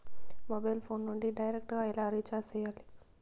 mobile phone నుండి direct గా ఎలా రీచార్జి సేయాలి